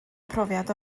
profiad